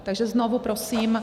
Takže znovu prosím...